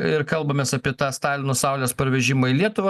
ir kalbamės apie tą stalino saulės parvežimą į lietuvą